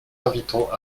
invitons